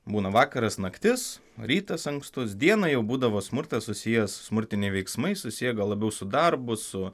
būna vakaras naktis rytas ankstus dieną jau būdavo smurtas susijęs smurtiniai veiksmai susiję gal labiau su darbu su